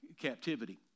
captivity